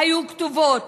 היו כתובים,